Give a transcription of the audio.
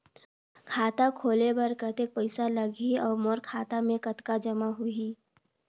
खाता खोले बर कतेक पइसा लगही? अउ मोर खाता मे कतका जमा होही?